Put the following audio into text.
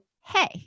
hey